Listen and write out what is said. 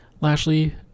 Lashley